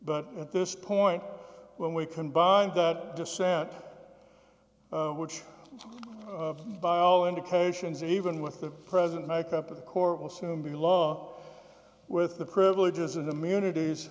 but at this point when we can bond that dissent which by all indications even with the present makeup of court will soon be law with the privileges and immunities